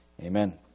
Amen